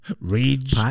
Rage